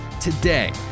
Today